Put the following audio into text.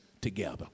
together